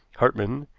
hartmann,